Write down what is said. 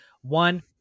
One